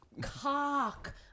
Cock